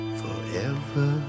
forever